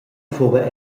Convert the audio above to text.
fuva